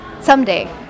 Someday